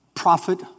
Prophet